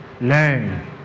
Learn